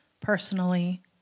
personally